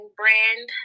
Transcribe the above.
brand